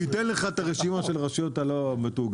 שייתן לך את הרשימה של הרשויות הלא מתואגדות,